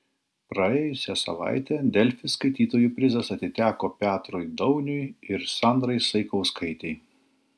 praėjusią savaitę delfi skaitytojų prizas atiteko petrui dauniui ir sandrai saikauskaitei